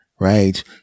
right